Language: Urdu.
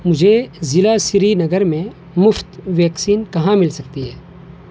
مجھے ضلع سری نگر میں مفت ویکسین کہاں مل سکتی ہے